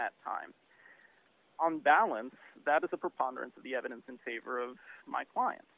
that time on balance that the preponderance of the evidence in favor of my client